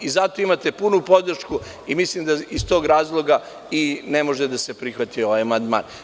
Za to imate punu podršku, pa iz tog razloga ne može da se prihvati ovaj amandman.